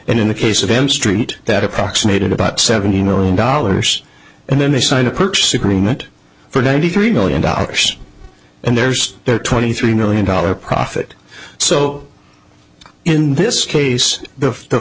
and in the case of m street that approximated about seventy million dollars and then they signed a purchase agreement for ninety three million dollars and there's their twenty three million dollar profit so in this case the